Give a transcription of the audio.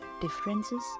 differences